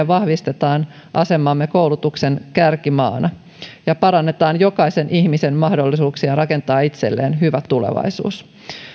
vahvistetaan asemaamme koulutuksen kärkimaana ja parannetaan jokaisen ihmisen mahdollisuuksia rakentaa itselleen hyvä tulevaisuus